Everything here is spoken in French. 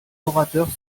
orateurs